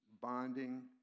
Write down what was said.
bonding